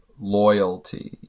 loyalty